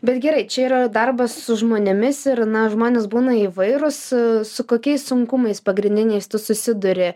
bet gerai čia yra darbas su žmonėmis ir na žmonės būna įvairūs su kokiais sunkumais pagrindiniais tu susiduri